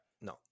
No